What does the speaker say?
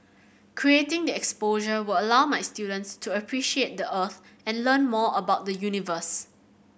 creating the exposure will allow my students to appreciate the Earth and learn more about the universe